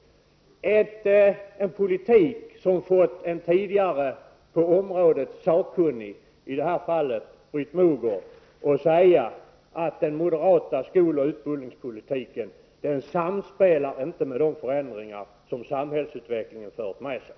Det är en politik som fått en på området tidigare sakkunnig, Britt Mogård, att säga att den moderata skol och utbildningspolitiken inte samspelar med de förändringar som samhällsutvecklingen fört med sig.